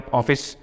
office